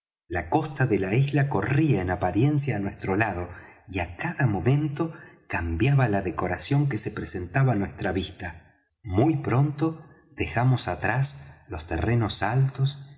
la costa de la isla corría en apariencia á nuestro lado y á cada momento cambiaba la decoración que se presentaba á nuestra vista muy pronto dejamos atrás los terrenos altos